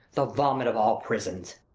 the vomit of all prisons